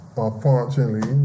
unfortunately